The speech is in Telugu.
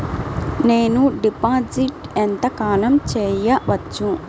నేను డిపాజిట్ ఎంత కాలం చెయ్యవచ్చు?